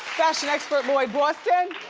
fashion expert lloyd boston.